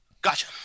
Gotcha